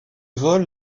vol